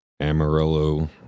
Amarillo